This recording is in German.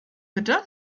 bitte